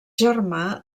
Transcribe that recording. germà